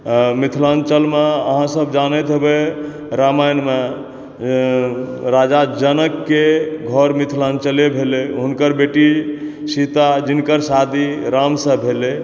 मिथिलाञ्चलमे अहाँसब जानैत हेबै रामायणमे राजा जनकके घर मिथिलाञ्चले भेलै हुनकर बेटी सीता जिनकर शादी राम सॅं भेलै